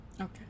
Okay